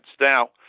Now